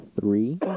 three